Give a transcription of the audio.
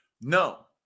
No